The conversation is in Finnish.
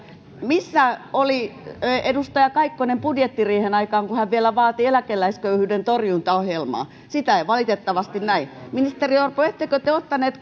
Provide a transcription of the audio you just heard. missä oli edustaja kaikkonen budjettiriihen aikaan kun hän vielä vaati eläkeläisköyhyyden torjuntaohjelmaa sitä ei valitettavasti näy ministeri orpo ettekö te ottanut